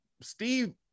Steve